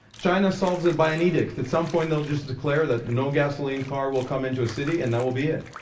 china solves it by an edict. at some point they'll just declare that no gasoline car will come into a city, and that will be it.